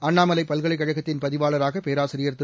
அண்ணாமலை பல்கலைக் கழகத்தின் பதிவாளராக பேராசிரியர் திரு